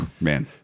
Man